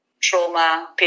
trauma